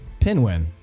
Pinwin